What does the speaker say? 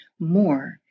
more